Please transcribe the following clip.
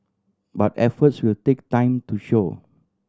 but efforts will take time to show